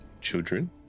children